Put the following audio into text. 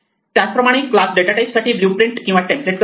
त्याचप्रमाणे class data type साठी blueprint किंवा टेम्प्लेट करते